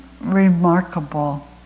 remarkable